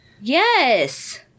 Yes